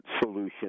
solution